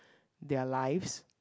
their lives